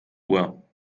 uhr